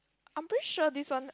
I'm pretty sure this one